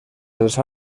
dels